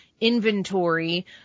inventory